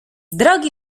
drogi